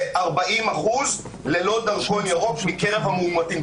ו-40% ללא תו ירוק מקרב המאומתים.